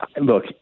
Look